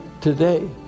today